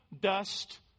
dust